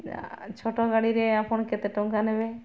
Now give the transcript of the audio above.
ଛୋଟ ଗାଡ଼ିରେ ଆପଣ କେତେ ଟଙ୍କା ନେବେ